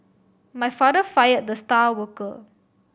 my father fire the star worker